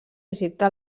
egipte